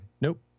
Nope